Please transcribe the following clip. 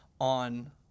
on